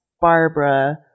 Barbara